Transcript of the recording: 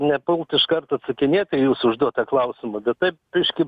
nepult iš karto atsakinėt į jūsų užduotą klausimą taip biškį